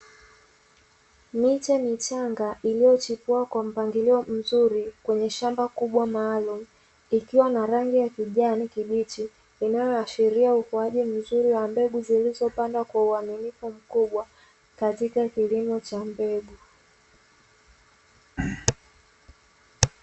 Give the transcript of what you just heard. Miche michanga iliyochipua kwa mpangilio mzuri kwenye shamba kubwa maalumu ikiwa na rangi ya kijani kibichi, ikiashiria ukuaji wa mbegu zilizopandwa kwa uaminifu mkubwa katika kilimo cha mbegu.